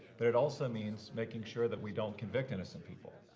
but it also means making sure that we don't convict innocent people.